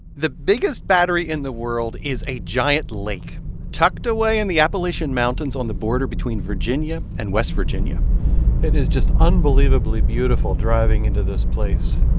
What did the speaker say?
the biggest battery in the world is a giant lake tucked away in the appalachian mountains on the border between virginia and west virginia it is just unbelievably beautiful driving into this place.